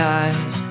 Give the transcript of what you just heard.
eyes